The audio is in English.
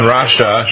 Russia